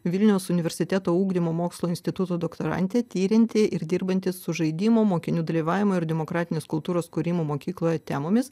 vilniaus universiteto ugdymo mokslų instituto doktorantė tirianti ir dirbanti su žaidimo mokinių dalyvavimo ir demokratinės kultūros kūrimu mokykloje temomis